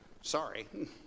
Sorry